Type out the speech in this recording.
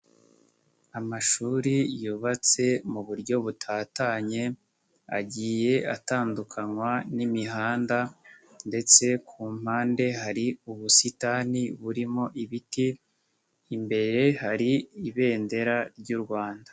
Amashuri yubatse mu buryo butatanye, agiye atandukanywa n'imihanda ndetse ku mpande hari ubusitani burimo ibiti, imbere hari ibendera ry'u Rwanda.